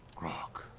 grog.